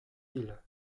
île